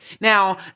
Now